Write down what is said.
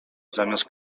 zamiast